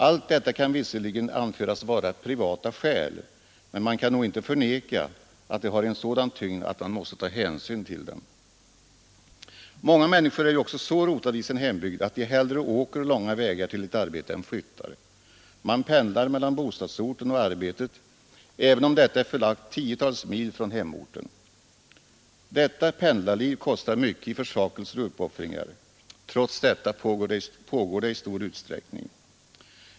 Allt detta kan visserligen anföras vara ”privata skäl”, men man kan nog inte förneka att de har en sådan tyngd att man måste ta hänsyn till dem. Många människor är ju också så rotade i sin hembygd att de hellre åker långa vägar till ett arbete än flyttar. Man pendlar mellan bostadsorten och arbetet, även om detta är förlagt tiotals mil från hemorten. Detta pendlarliv kostar mycket i försakelser och uppoffringar. Ändå förekommer det i stor utsträckning.